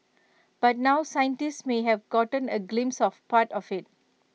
but now scientists may have gotten A glimpse of part of IT